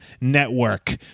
Network